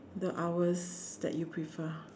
the hours that you prefer